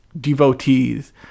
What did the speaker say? devotees